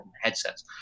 headsets